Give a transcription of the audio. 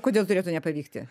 kodėl turėtų nepavykti